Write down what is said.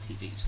TVs